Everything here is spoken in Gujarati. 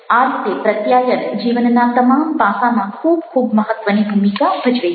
આ રીતે પ્રત્યાયન જીવનના તમામ પાસામાં ખૂબ ખૂબ મહત્ત્વની ભૂમિકા ભજવે છે